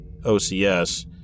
OCS